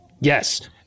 Yes